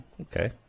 okay